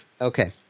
Okay